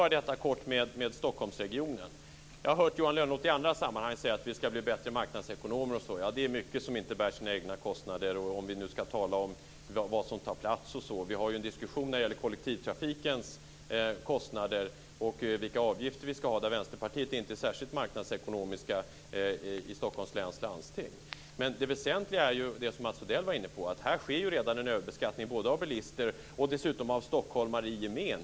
Jag ska kort ta upp frågan om Stockholmsregionen. Jag har hört Johan Lönnroth i andra sammanhang säga att vi ska bli bättre marknadsekonomer osv. Ja, det är mycket som inte bär sina egna kostnader om vi nu ska tala om vad som tar plats. Vi för ju en diskussion om kollektivtrafikens kostnader och vilka avgifter vi ska ha. Där är inte Vänsterpartiet särskilt marknadsekonomiska i Stockholms läns landsting. Det väsentliga är det som Mats Odell var inne på, nämligen att här sker redan en överbeskattning av både bilister och av stockholmare i gemen.